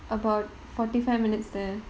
about forty five minutes there